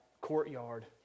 courtyard